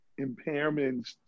impairments